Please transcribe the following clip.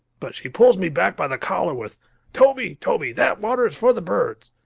but she pulls me back by the collar with toby, toby, that water is for the birds.